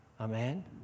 Amen